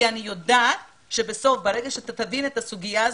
כי אני יודעת שכשתבין את הסוגיה הזו,